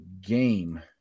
game